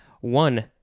One